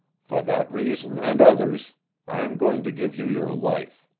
for that reason and others i am going to give you your life.